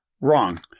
Wrong